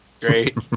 Great